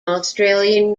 australian